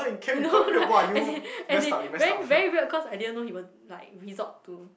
no right as in as in very very weird cause I didn't know he would like resort to